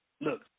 look